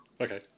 Okay